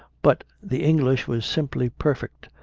but the english was simply perfect,